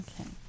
Okay